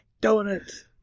donuts